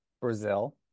Brazil